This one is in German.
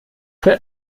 wird